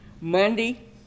Monday